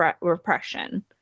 repression